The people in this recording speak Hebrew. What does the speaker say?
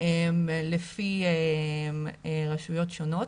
לפי רשויות שונות.